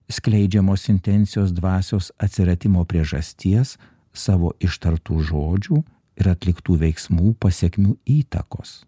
skleidžiamos intencijos dvasios atsiradimo priežasties savo ištartų žodžių ir atliktų veiksmų pasekmių įtakos